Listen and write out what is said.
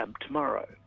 tomorrow